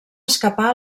escapar